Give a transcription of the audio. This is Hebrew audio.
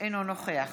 אינו נוכח